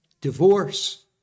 divorce